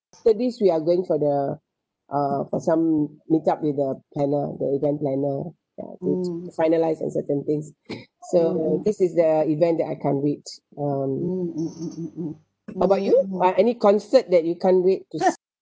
after this we are going for the uh for some meet up with the planner the weekend planner ya to to finalise on certain things so this is the event that I can't wait um how about you uh any concert that you can't wait to see